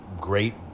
great